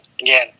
again